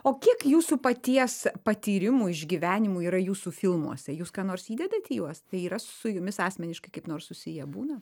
o kiek jūsų paties patyrimų išgyvenimų yra jūsų filmuose jūs ką nors įdedat į juos tai yra su jumis asmeniškai kaip nors susiję būna